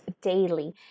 daily